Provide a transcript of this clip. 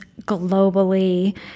globally